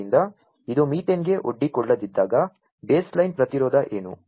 ಆದ್ದರಿಂದ ಇದು ಮೀಥೇನ್ಗೆ ಒಡ್ಡಿಕೊಳ್ಳದಿದ್ದಾಗ ಬೇಸ್ಲೈನ್ ಪ್ರತಿರೋಧ ಏನು